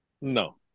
No